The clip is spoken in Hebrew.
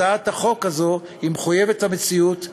הצעת החוק הזאת היא מחויבת המציאות,